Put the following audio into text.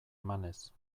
emanez